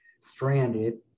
stranded